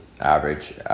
average